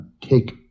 take